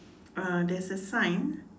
uh there's a sign